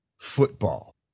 football